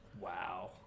Wow